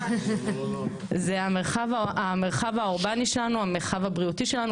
זה המרחב הבריאותי שלנו,